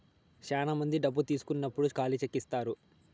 శ్యానా మంది డబ్బు తీసుకున్నప్పుడు ఖాళీ చెక్ ఇత్తారు